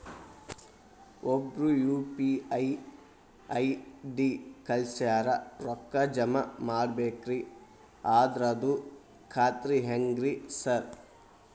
ಒಬ್ರು UPI ID ಕಳ್ಸ್ಯಾರ ರೊಕ್ಕಾ ಜಮಾ ಮಾಡ್ಬೇಕ್ರಿ ಅದ್ರದು ಖಾತ್ರಿ ಹೆಂಗ್ರಿ ಸಾರ್?